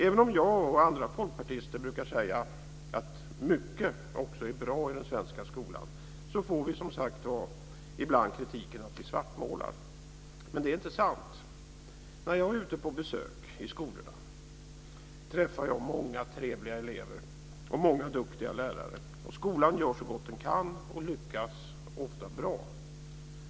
Även om jag och andra folkpartister brukar säga att mycket också är bra i den svenska skolan får vi, som sagt var, ibland kritiken att vi svartmålar. Men det är inte sant. När jag är ute på besök i skolorna träffar jag många trevliga elever och många duktiga lärare. Skolan gör så gott den kan och lyckas ofta bra.